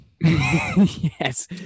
yes